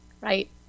right